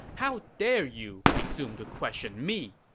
how dare you presume to question me?